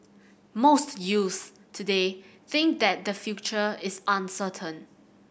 most youths today think that the future is uncertain